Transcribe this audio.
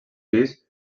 pis